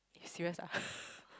serious ah